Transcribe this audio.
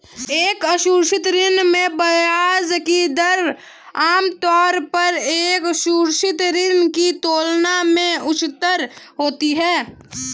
एक असुरक्षित ऋण में ब्याज की दर आमतौर पर एक सुरक्षित ऋण की तुलना में उच्चतर होती है?